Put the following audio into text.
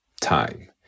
time